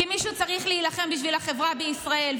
כי מישהו צריך להילחם בשביל החברה בישראל.